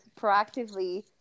proactively